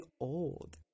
old